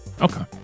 Okay